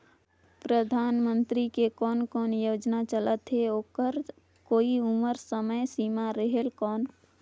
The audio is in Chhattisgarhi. परधानमंतरी के कोन कोन योजना चलत हे ओकर कोई उम्र समय सीमा रेहेल कौन?